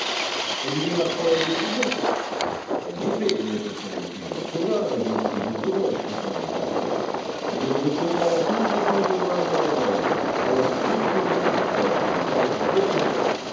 on dirait ma foi des pigeons en effet mais ce sont des pigeons sauvages ou pigeons de roche répondit harbert je les reconnais à la double bande noire de leur aile à leur croupion blanc à leur plumage